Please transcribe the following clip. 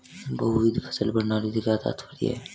बहुविध फसल प्रणाली से क्या तात्पर्य है?